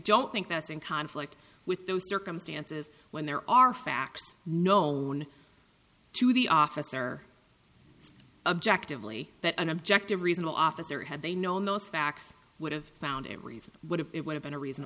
don't think that's in conflict with those circumstances when there are facts known to the officer objectively that an objective reason the officer had they known those facts would have found everything but it would have been a reason